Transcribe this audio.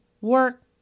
work